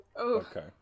Okay